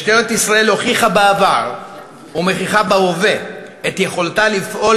משטרת ישראל הוכיחה בעבר ומוכיחה בהווה את יכולתה לפעול